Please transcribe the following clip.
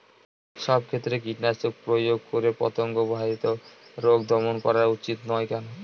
সব ক্ষেত্রে কীটনাশক প্রয়োগ করে পতঙ্গ বাহিত রোগ দমন করা উচিৎ নয় কেন?